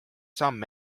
samm